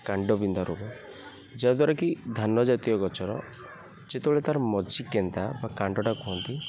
କାଣ୍ଡ ବିନ୍ଧା ରୋଗ ଯାହାଦ୍ୱାରା କି ଧାନ ଜାତୀୟ ଗଛର ଯେତେବେଳେ ତାର ମଝି କେନ୍ଦା ବା କାଣ୍ଡଟା କୁହନ୍ତି